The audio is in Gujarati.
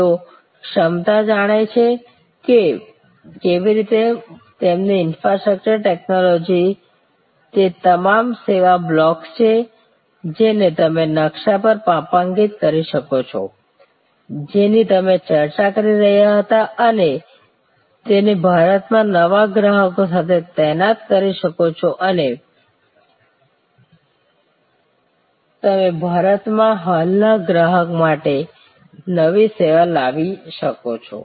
તેઓ ક્ષમતા જાણે છે કે કેવી રીતે તેમની ઈન્ફ્રાસ્ટ્રક્ચર ટેક્નોલોજી તે તમામ સેવા બ્લોક્સ છે જેને તમે નકશા પર માપાંકિત કરી શકો છો જેની અમે ચર્ચા કરી રહ્યા હતા અને તેને ભારતમાં નવા ગ્રાહકો માટે તૈનાત કરી શકો છો અથવા તમે ભારતમાં હાલના ગ્રાહક માટે નવી સેવા લાવી શકો છો